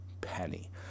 penny